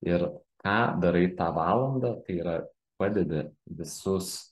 ir ką darai tą valandą tai yra padedi visus